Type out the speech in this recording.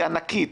היא ענקית.